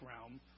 realm